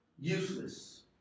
useless